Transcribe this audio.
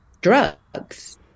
drugs